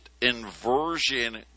inversion